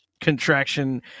contraction